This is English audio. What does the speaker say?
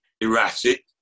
erratic